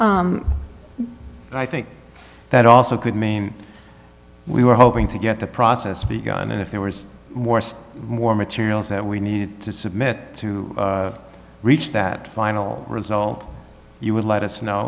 i think that also could mean we were hoping to get the process begun and if there was more materials that we need to submit to reach that final result you would let us know